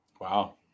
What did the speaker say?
Wow